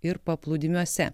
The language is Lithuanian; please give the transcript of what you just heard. ir paplūdimiuose